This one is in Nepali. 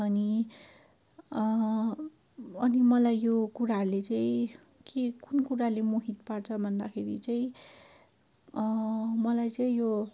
अनि अनि मलाई यो कुराले चाहिँ के कुन कुराले मोहित पार्छ भन्दाखेरि चाहिँ मलाई चाहिँ यो